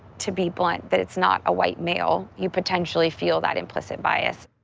to be blunt, that is not a white male, you potentially feel that implicit bias.